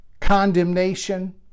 condemnation